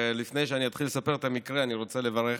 ולפני שאני אתחיל לספר את המקרה אני רוצה לברך